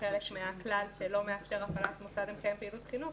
כחלק מהכלל שלא מאפשר הפעלת מוסד המקיים פעילות חינוך.